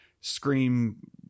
scream